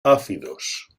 áfidos